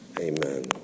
Amen